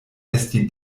esti